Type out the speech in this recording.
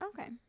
Okay